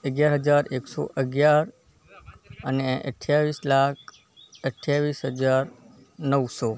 અગિયાર હજાર એકસો અગિયાર અને અઠ્ઠાવીસ લાખ અઠ્ઠાવીસ હજાર નવસો